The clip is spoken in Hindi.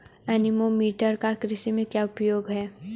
एनीमोमीटर का कृषि में क्या उपयोग है?